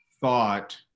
thought